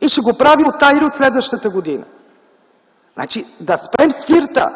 и ще го прави от тази или от следващата година. Да спрем с флирта.